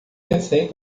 pensei